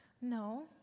No